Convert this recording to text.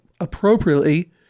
appropriately